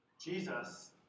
Jesus